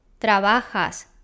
trabajas